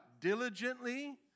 Diligently